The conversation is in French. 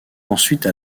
ensuite